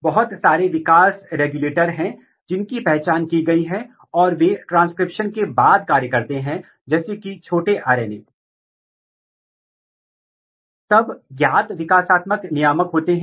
तो आप एक म्यूटेंट लेते हैं और फिर उसे म्यूटाजीनाइज करते हैं और एक और डबल म्यूटेंट खोजने की कोशिश करते हैं जहां या तो पिछले उत्परिवर्ती फेनोटाइप को बढ़ाया जाता है या दबा दिया जाता है और फिर आप आनुवंशिक विश्लेषण के माध्यम से उनका इंटरेक्शन स्थापित करते हैं